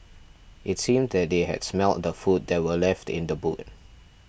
it seemed that they had smelt the food that were left in the boot